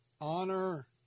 honor